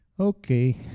Okay